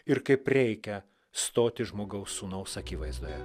ir kaip reikia stoti žmogaus sūnaus akivaizdoje